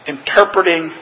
Interpreting